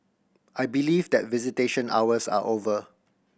I believe that visitation hours are over